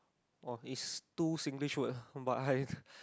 oh it's two Singlish word [ah[ but I